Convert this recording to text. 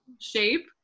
Shape